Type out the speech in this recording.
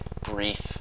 brief